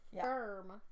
firm